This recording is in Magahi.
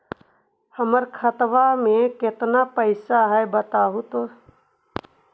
हमर खाता में केतना पैसा है बतहू तो?